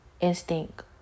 instinct